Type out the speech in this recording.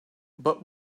but